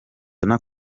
col